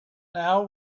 now